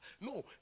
No